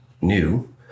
new